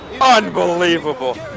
Unbelievable